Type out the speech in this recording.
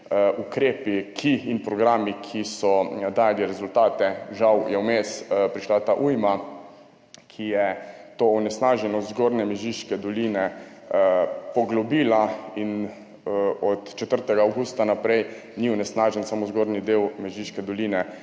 ukrepi in programi, ki so dajali rezultate. Žal je vmes prišla ta ujma, ki je to onesnaženost Zgornje Mežiške doline poglobila in od 4. avgusta naprej ni onesnažen samo zgornji del Mežiške doline,